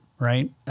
right